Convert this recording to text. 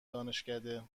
دانشکده